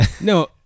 no